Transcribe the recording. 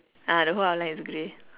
ah the whole outline is grey